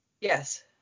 Yes